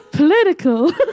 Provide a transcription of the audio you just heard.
political